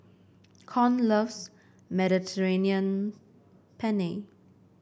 Con loves Mediterranean Penne